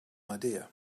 idea